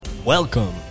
Welcome